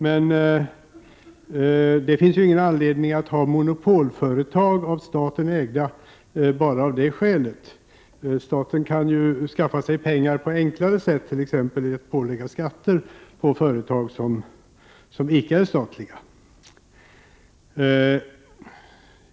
Men det finns ju inte någon anledning att ha av staten ägda monopolföretag bara av detta skäl. Det finns dock enklare sätt för staten att skaffa pengar, t.ex. genom att pålägga skatter på företag som icke är statliga.